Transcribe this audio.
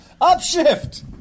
upshift